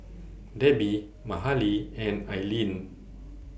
Debby Mahalie and Ailene